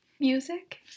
Music